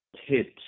hit